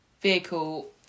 vehicle